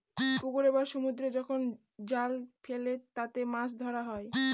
পুকুরে বা সমুদ্রে যখন জাল ফেলে তাতে মাছ ধরা হয়